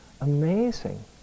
Amazing